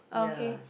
yeah